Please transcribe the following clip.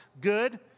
good